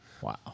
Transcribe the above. Wow